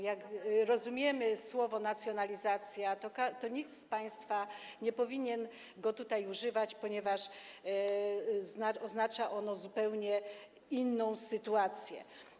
Jeśli rozumiemy słowo „nacjonalizacja”, to nikt z państwa nie powinien go tutaj używać, ponieważ oznacza ono zupełnie inną sytuację.